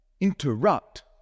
interrupt